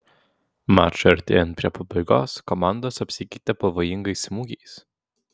mačui artėjant prie pabaigos komandos apsikeitė pavojingais smūgiais